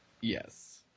Yes